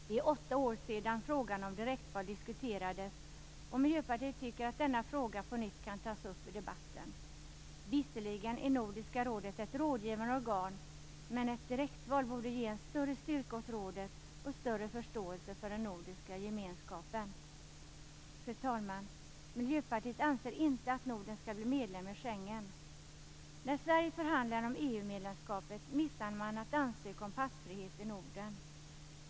Det är åtta år sedan frågan om direktval diskuterades, och Miljöpartiet tycker att denna fråga på nytt kan tas upp i debatten. Visserligen är Nordiska rådet ett rådgivande organ, men ett direktval borde ge en större styrka åt rådet och större förståelse för den nordiska gemenskapen. Fru talman! Miljöpartiet anser inte att Norden skall bli medlem i Schengen. När Sverige förhandlade om EU-medlemskapet missade man att ansöka om passfrihet i Norden.